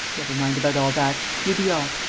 never mind about all that. you be off.